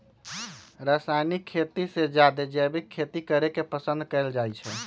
रासायनिक खेती से जादे जैविक खेती करे के पसंद कएल जाई छई